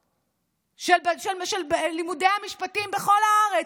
לפקולטות של לימודי המשפטים בכל הארץ,